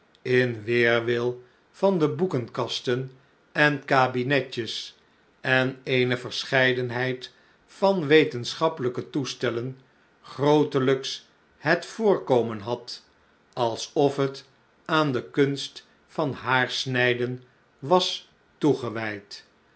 in weerwil van de boekenkasten en kabinetjes en eene verscheidenheid van wetenschappelijke toestellen grootelijks het voorkomen had alsof het aan de kunst van haarsnijden was toegewijd